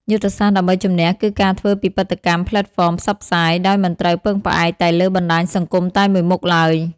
យុទ្ធសាស្ត្រដើម្បីជំនះគឺការធ្វើពិពិធកម្មផ្លេតហ្វមផ្សព្វផ្សាយ ដោយមិនត្រូវពឹងផ្អែកតែលើបណ្តាញសង្គមតែមួយមុខឡើយ។